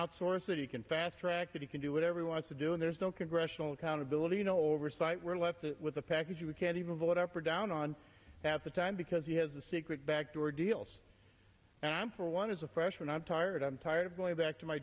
outsource it he can fast track that he can do whatever he wants to do and there's no congressional countability you know oversight we're left with a package we can't even vote up or down on half the time because he has a secret backdoor deals and i'm for one as a freshman i'm tired i'm tired of going back to my